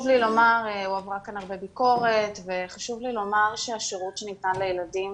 הועברה כאן הרבה ביקורת וחשוב לי לומר שהשירות שניתן לילדים